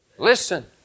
Listen